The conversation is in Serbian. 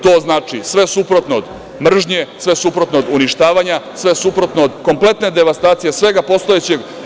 To znači sve suprotno od mržnje, sve suprotno od uništavanja, sve suprotno od kompletne devastacije svega postojećeg.